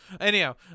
anyhow